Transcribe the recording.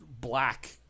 black